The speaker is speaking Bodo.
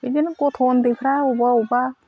बिदिनो गथ' उन्दैफ्रा अबेबा अबेबा